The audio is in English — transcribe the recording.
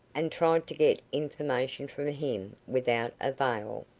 and tried to get information from him, without avail.